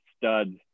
studs